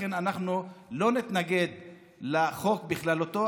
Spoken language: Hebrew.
לכן אנחנו לא נתנגד לחוק בכללותו.